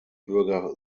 bürger